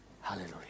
Hallelujah